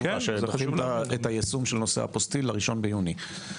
שדחו את נושא יישום אפוסטיל ל-1.6.